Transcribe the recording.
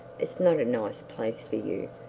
it's not a nice place for you.